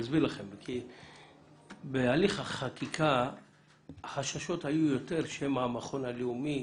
כי בהליך החקיקה החששות היו יותר שמא המכון הלאומי